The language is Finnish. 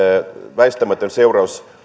väistämätön seuraus